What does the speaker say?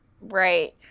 Right